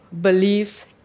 beliefs